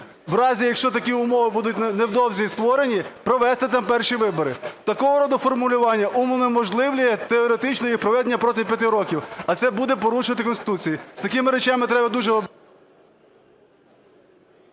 в разі, якщо такі умови будуть невдовзі створені, провести там перші вибори. Такого роду формулювання унеможливлює теоретичне їх проведення протягом 5 років, а це буде порушення Конституції. З такими речами треба дуже…